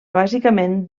bàsicament